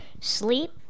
sleep